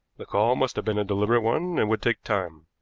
the call must have been a deliberate one and would take time.